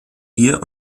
hier